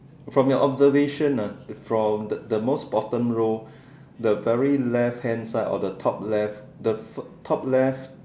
from your observation ah from the the most bottom row the very left hand side of the top left the fir~ top left